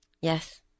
yes